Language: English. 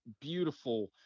beautiful